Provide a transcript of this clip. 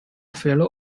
fellow